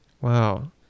Wow